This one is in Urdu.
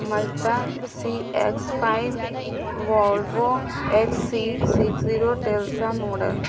مزدہ C X five Volvo X C six zero ٹیل سا ماڈل